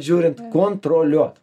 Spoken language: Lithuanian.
žiūrint kontroliuot